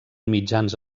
mitjans